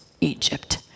Egypt